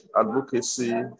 advocacy